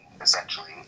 essentially